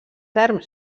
erms